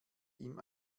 ihm